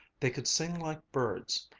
they could sing like birds,